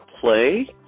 play